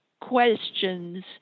questions